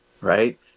right